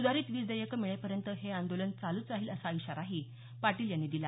सुधारित वीज देयकं मिळेपर्यंत हे आंदोलन चालूच राहील असा इशाराही पाटील यांनी दिला